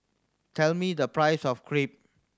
tell me the price of Crepe